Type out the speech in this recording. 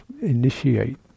initiate